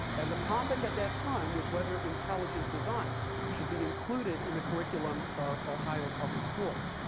and the topic at that time was whether intelligent design should be included in the curriculum of ohio public schools.